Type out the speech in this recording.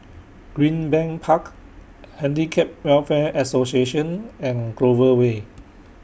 Greenbank Park Handicap Welfare Association and Clover Way